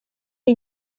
iyi